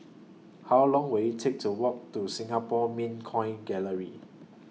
How Long Will IT Take to Walk to Singapore Mint Coin Gallery